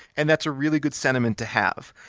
and that's a really good sentiment to have.